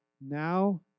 now